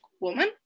woman